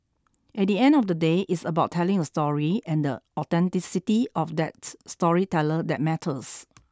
at the end of the day it's about telling a story and the authenticity of that storyteller that matters